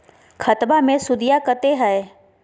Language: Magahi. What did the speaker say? खतबा मे सुदीया कते हय?